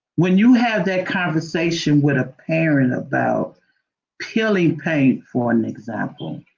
when you have that conversation with a parent about peeling paint for an example,